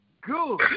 good